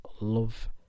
Love